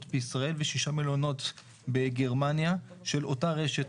בישראל ושישה מלונות בגרמניה של אותה רשת,